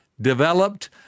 developed